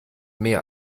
mehr